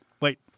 wait